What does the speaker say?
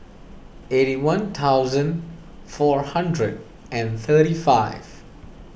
eighty one thousand four hundred and thirty five